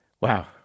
Wow